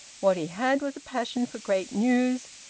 what he had was a passion for great news,